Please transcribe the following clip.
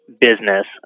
business